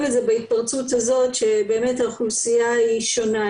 את זה בהתפרצות הזאת שבאמת האוכלוסייה היא שונה,